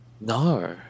No